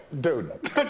Dude